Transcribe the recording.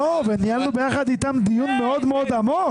לא, וניהלנו ביחד איתם דיון מאוד מאוד עמוק.